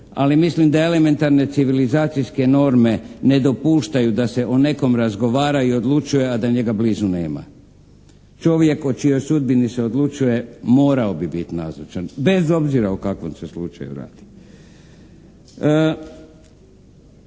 Ali mislim da elementarne civilizacijske norme ne dopuštaju da se o nekom razgovara i odlučuje, a da njega blizu nema. Čovjek o čijoj sudbini se odlučuje morao bi biti nazočan bez obzira o kakvom se slučaju radi.